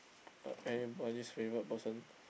uh anybody's favourite person